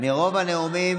מרוב הנאומים,